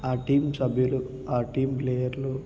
ఆ టీం సభ్యులు ఆ టీం ప్లేయర్లు